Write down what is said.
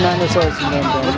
no no